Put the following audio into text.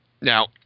Now